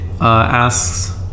asks